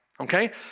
Okay